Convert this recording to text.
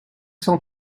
cent